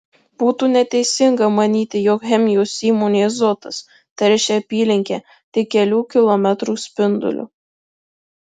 būtų neteisinga manyti jog chemijos įmonė azotas teršia apylinkę tik kelių kilometrų spinduliu